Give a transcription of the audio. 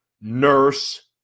nurse